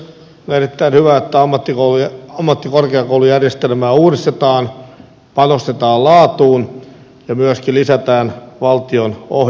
on erittäin hyvä että ammattikorkeakoulujärjestelmää uudistetaan panostetaan laatuun ja myöskin lisätään valtionohjausta